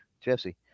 Jesse